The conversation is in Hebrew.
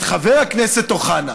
את חבר הכנסת אוחנה: